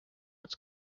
its